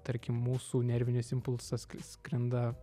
tarkim mūsų nervinis impulsas skrenda